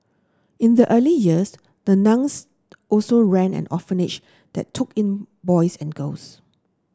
in the early years the nuns also ran an orphanage that took in boys and girls